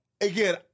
Again